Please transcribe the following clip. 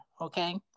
okay